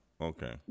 Okay